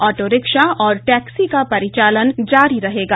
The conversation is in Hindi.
ऑटो रिक्शा और टैक्सी का परिचालन जारी रहेगा